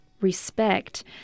respect